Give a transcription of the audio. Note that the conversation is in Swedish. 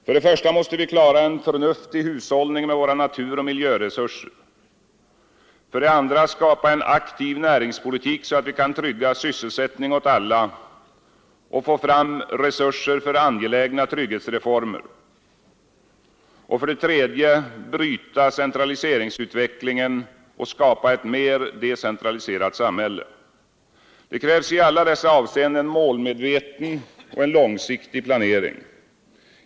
För det första måste vi klara en förnuftig hushållning med våra naturoch miljöresurser, för det andra skapa en aktiv näringspolitik så att vi kan trygga sysselsättning åt alla och få fram resurser för angelägna trygghetsreformer samt för det tredje bryta centraliseringsutvecklingen och skapa ett mer decentraliserat samhälle. Det krävs i alla dessa avseenden en målmedveten och långsiktig planering.